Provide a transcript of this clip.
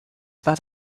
war